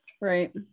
Right